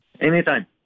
Anytime